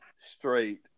straight